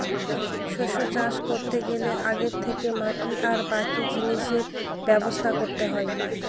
শস্য চাষ করতে গেলে আগে থেকে মাটি আর বাকি জিনিসের ব্যবস্থা করতে হয়